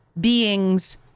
beings